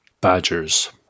Badgers